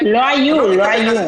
לא היו, לא היו.